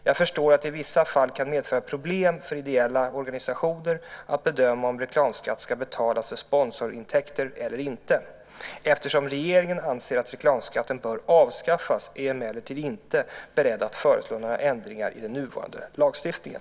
Jag förstår att det i vissa fall kan medföra problem för ideella organisationer att bedöma om reklamskatt ska betalas för sponsorintäkter eller inte. Eftersom regeringen anser att reklamskatten bör avskaffas är jag emellertid inte beredd att föreslå några ändringar i den nuvarande lagstiftningen.